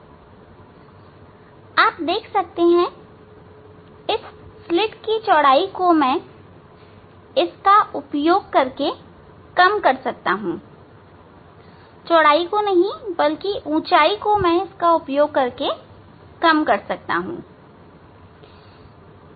अब आप देख सकते हैं इस स्लिट चौड़ाई को मैं इसका उपयोग करके कम कर सकता हूं चौड़ाई को नहीं बल्कि ऊंचाई को मैं इसका उपयोग करके ऐसा कर सकता हूं